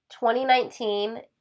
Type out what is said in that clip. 2019